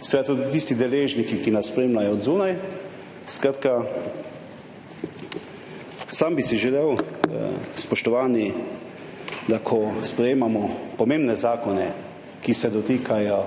seveda tudi tisti deležniki, ki nas spremljajo od zunaj. Skratka, sam bi si želel, spoštovani, da ko sprejemamo pomembne zakone, ki se dotikajo